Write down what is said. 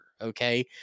Okay